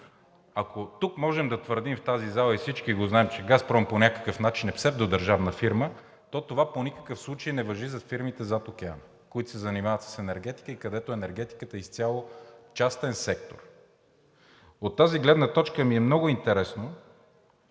Ако тук можем да твърдим в тази зала, и всички го знаем, че „Газпром“ по някакъв начин е псевдодържавна фирма, то това в никакъв случай не важи за фирмите зад океана, които се занимават с енергетика и където енергетиката е изцяло частен сектор. От тази гледна точка ми е много интересно